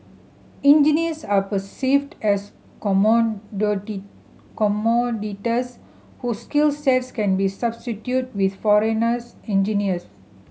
engineers are perceived as commodities whose skills sets can be substituted with foreigners engineers